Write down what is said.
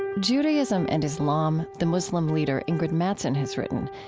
and judaism and islam, the muslim leader ingrid mattson has written,